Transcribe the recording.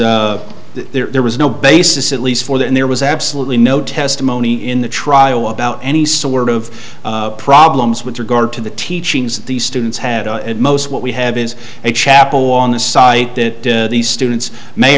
is there was no basis at least for then there was absolutely no testimony in the trial about any sort of problems with regard to the teachings that these students had most what we have is a chapel on this site that these students may